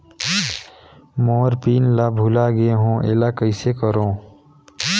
मोर pin ला भुला गे हो एला कइसे करो?